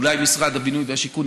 אולי משרד הבינוי והשיכון,